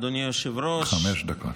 אדוני היושב-ראש,